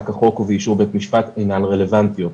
כחוק ובאישור בית משפט אינן רלוונטיות.